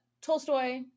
Tolstoy